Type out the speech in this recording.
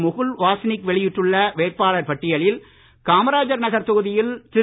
முகுல் வாஸ்னிக் வெளியிட்டுள்ள வேட்பாளர் பட்டியலில் காமராஜர் நகர் தொகுதியில் திரு